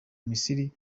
misiri